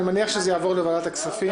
אני מניח שזה יעבור לוועדת הכספים.